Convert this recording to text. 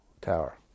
Tower